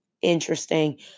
interesting